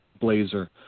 blazer